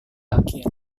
akhir